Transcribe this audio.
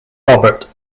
robert